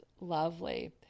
Lovely